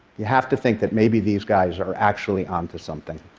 you have to think that maybe these guys are actually onto something.